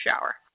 shower